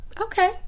Okay